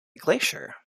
glacier